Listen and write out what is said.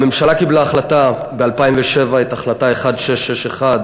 הממשלה קיבלה החלטה ב-2007, החלטה 1661,